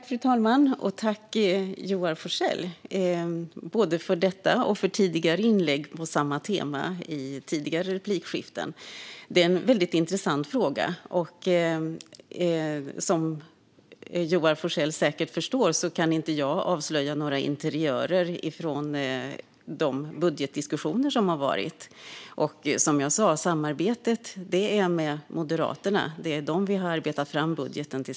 Fru talman! Tack, Joar Forssell, för både detta och tidigare inlägg på samma tema i tidigare replikskiften. Detta är en väldigt intressant fråga. Som Joar Forssell säkert förstår kan inte jag avslöja några interiörer från de budgetdiskussioner som har varit. Som jag sa är samarbetet med Moderaterna; det är tillsammans med dem vi har arbetat fram budgeten.